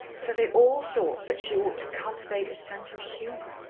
so they all thought that she ought to cultivate a sense of humour.